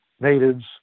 natives